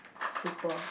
super